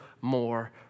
more